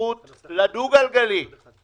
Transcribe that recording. נתקן את זה,